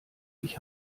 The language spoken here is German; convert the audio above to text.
ich